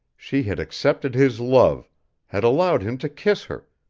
she had accepted his love had allowed him to kiss her,